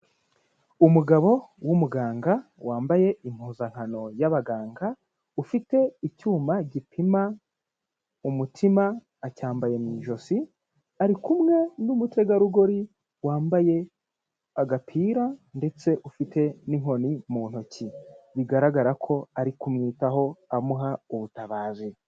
Umugabo w'umuganga wambaye impuzankano y'abaganga, ufite icyuma gipima umutima, acyambaye mu ijosi, ari kumwe n'umutegarugori wambaye agapira ndetse ufite n'inkoni mu ntoki. Bigaragara ko ari kumwitaho amuha ubutabazi.